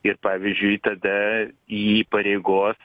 ir pavyzdžiui tada įpareigos